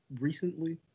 recently